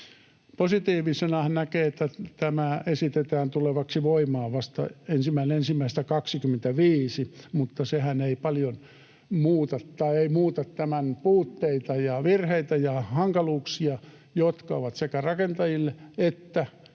Positiivisena hän näkee, että tämä esitetään tulevaksi voimaan vasta 1.1.2025, mutta sehän ei paljon muuta tämän puutteita ja virheitä ja hankaluuksia, jotka ovat sekä rakentajille että